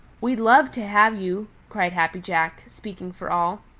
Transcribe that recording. we'd love to have you! cried happy jack, speaking for all.